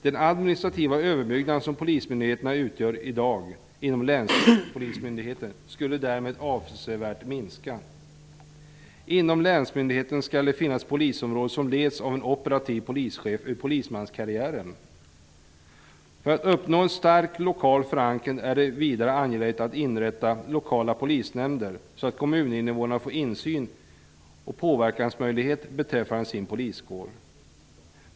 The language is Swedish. Den administrativa överbyggnad som polismyndigheten i dag utgör inom länspolismyndigheten skulle därmed minska avsevärt. Inom länsmyndigheten skall det finnas polisområden som leds av en operativ polischef ur polismanskarriären. För att uppnå en stark lokal förankring är det vidare angeläget att inrätta lokala polisnämnder så att kommuninnevånarna får insyn i och möjlighet att påverka sin poliskår.